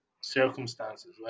circumstances